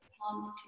palms